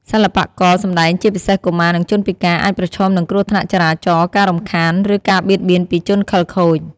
សិល្បករ សម្ដែងជាពិសេសកុមារ និងជនពិការ អាចប្រឈមនឹងគ្រោះថ្នាក់ចរាចរណ៍ ការរំខាន ឬការបៀតបៀនពីជនខិលខូច។